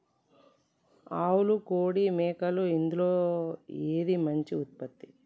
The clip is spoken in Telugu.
ఆవులు కోడి మేకలు ఇందులో ఏది మంచి ఉత్పత్తి?